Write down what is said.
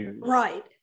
Right